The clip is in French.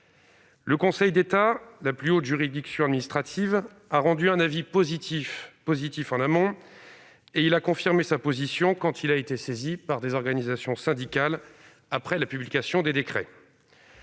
Le Conseil d'État, la plus haute juridiction administrative du pays, a rendu un avis positif en amont et il a confirmé sa position quand il a été saisi par des organisations syndicales après la publication des décrets.